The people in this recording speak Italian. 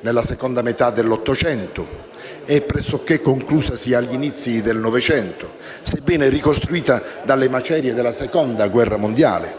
nella seconda metà dell'Ottocento e conclusasi all'incirca agli inizi del Novecento, sebbene ricostruita dalle macerie della Seconda guerra mondiale;